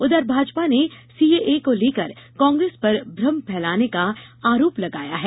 उधर भाजपा ने सीएए को लेकर कांग्रेस पर भ्रम फैलाने का आरोप लगाया है